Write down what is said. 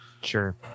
sure